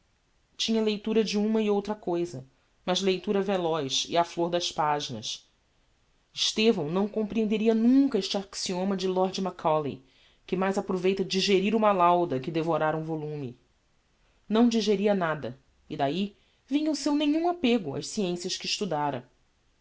tinha leitura de uma e outra cousa mas leitura veloz e á flor das paginas estevão não comprehendería nunca este axioma de lord macaulay que mais aproveita digerir uma lauda que devorar um volume não digeria nada e dahi vinha o seu nenhum apego ás sciencias que estudara